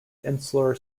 insular